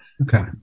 okay